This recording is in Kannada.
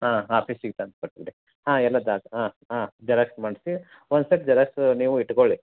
ಹಾಂ ಆಫೀಸಿಗೆ ತಂದು ಕೊಟ್ಟುಬಿಡಿ ಹಾಂ ಎಲ್ಲ ದಾಕ ಹಾಂ ಹಾಂ ಜೆರಾಕ್ಸ್ ಮಾಡಿಸಿ ಒಂದು ಸೆಟ್ ಜೆರಾಕ್ಸ್ ನೀವು ಇಟ್ಟುಕೊಳ್ಳಿ